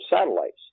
satellites